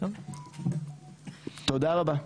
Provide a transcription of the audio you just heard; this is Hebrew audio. תודה רבה.